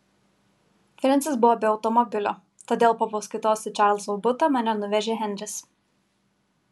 frensis buvo be automobilio todėl po paskaitos į čarlzo butą mane nuvežė henris